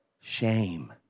shame